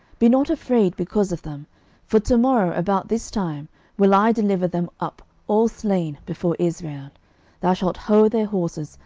be not afraid because of them for to morrow about this time will i deliver them up all slain before israel thou shalt hough their horses,